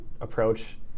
approach